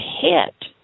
hit